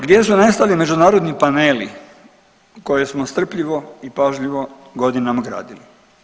Gdje su nestali međunarodni paneli koje smo strpljivo i pažljivo godinama gradili.